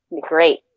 Great